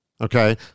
Okay